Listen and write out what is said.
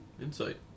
insight